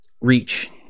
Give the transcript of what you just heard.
reach